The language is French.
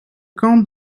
camp